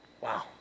Wow